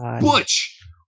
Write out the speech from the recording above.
Butch